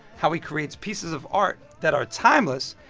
how he creates pieces of art that are timeless.